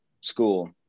school